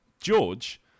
George